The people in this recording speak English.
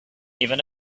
even